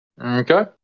Okay